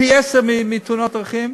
פי-עשרה מאשר בתאונות דרכים,